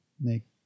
make